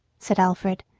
said alfred,